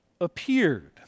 appeared